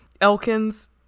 Elkins